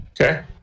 Okay